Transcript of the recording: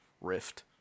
rift